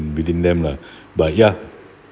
within them lah but ya